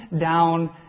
down